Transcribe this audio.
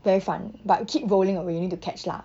very fun but keep rolling away you need to catch lah